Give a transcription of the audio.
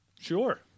Sure